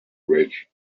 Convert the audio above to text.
great